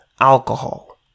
alcohol